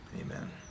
Amen